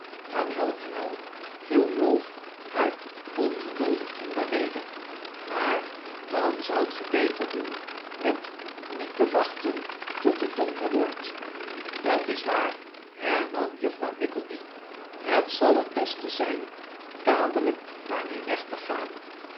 jawel jawel viel ralph haar ongeduldig in de rede maar dan zoudt ge beter doen met niet te wachten tot het donker wordt dat is waar hernam juffrouw nickleby het zal t beste zijn dadelijk maar weer weg te gaan